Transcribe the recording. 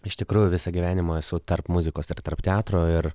iš tikrųjų visą gyvenimą esu tarp muzikos ir tarp teatro ir